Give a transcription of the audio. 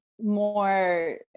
more